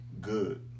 Good